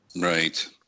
right